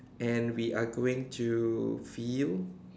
and we are going to feel